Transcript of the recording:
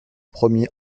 premier